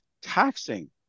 taxing